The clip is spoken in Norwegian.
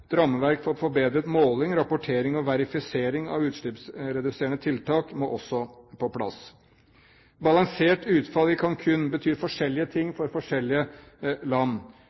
rammeverk for forbedret måling, rapportering og verifisering av utslippsreduserende tiltak må også på plass. Et balansert utfall i Cancún betyr forskjellige ting for forskjellige land.